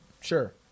Sure